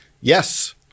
Yes